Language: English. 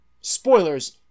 Spoilers